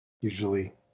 Usually